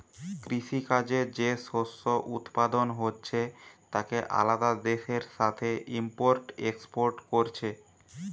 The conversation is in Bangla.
কৃষি কাজে যে শস্য উৎপাদন হচ্ছে তাকে আলাদা দেশের সাথে ইম্পোর্ট এক্সপোর্ট কোরছে